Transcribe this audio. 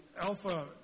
Alpha